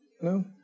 no